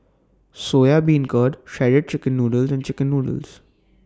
Soya Beancurd Shredded Chicken Noodles and Chicken Noodles